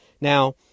Now